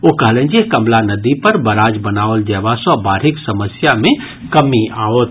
ओ कहलनि जे कमला नदी पर बराज बनाओल जयबा सँ बाढ़िक समस्या मे कमी आओत